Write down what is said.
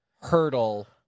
hurdle